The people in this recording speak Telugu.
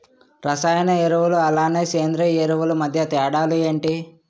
రసాయన ఎరువులు అలానే సేంద్రీయ ఎరువులు మధ్య తేడాలు ఏంటి?